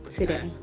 today